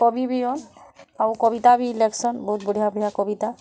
କବି ବିୟନ୍ ଆଉ କବିତା ବି ଲେଖସନ୍ ବହୁତ୍ ବଢ଼ିଆ ବଢ଼ିଆ କବିତା